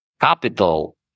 capital